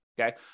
Okay